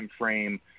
timeframe